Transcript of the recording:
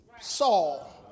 Saul